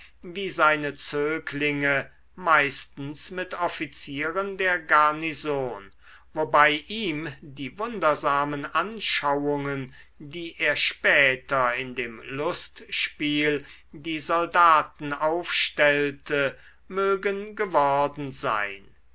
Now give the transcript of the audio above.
wie seine zöglinge meistens mit offizieren der garnison wobei ihm die wundersamen anschauungen die er später in dem lustspiel die soldaten aufstellte mögen geworden sein